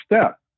step